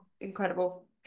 incredible